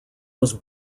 was